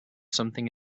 something